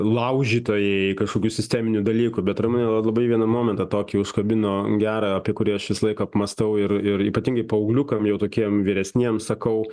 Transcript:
laužytojai kažkokių sisteminių dalykų bet ramunė labai vieną momentą tokį užkabino gerą apie kurį aš visą laiką apmąstau ir ir ypatingai paaugliukam jau tokiem vyresniems sakau